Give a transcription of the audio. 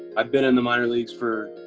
i've been in the minor leagues for,